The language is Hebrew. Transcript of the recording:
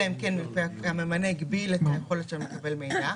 אלא אם כן הממנה הגביל את היכולת שלהם לקבל מידע.